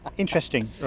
interesting,